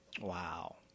wow